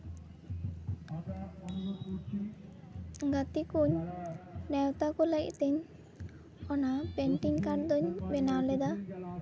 ᱜᱟᱛᱮ ᱠᱚ ᱱᱮᱣᱛᱟ ᱠᱚ ᱞᱟᱹᱜᱤᱫ ᱛᱤᱧ ᱚᱱᱟ ᱯᱮᱱᱴᱤᱝ ᱠᱟᱨᱰ ᱫᱩᱧ ᱵᱮᱱᱟᱣ ᱞᱮᱫᱟ